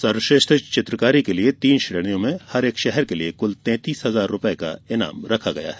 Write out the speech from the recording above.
सर्वश्रेष्ठ चित्रकारी के लिए तीनों श्रेणियों में प्रत्येक शहर के लिए कुल तैतीस हजार रूपये का ईनाम रखा गया है